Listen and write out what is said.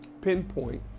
pinpoint